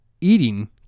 Eating